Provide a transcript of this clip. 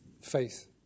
faith